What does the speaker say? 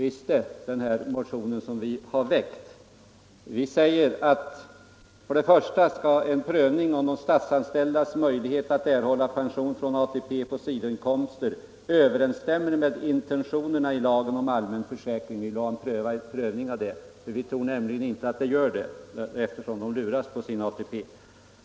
I vår motion säger vi att det för det första skall ske en prövning om de statsanställdas möjligheter att erhålla pension från ATP på sidoinkomster överensstämmer med intentionerna i lagen om allmän försäkring. Vi vill ha detta prövat eftersom de anställda luras på sin ATP.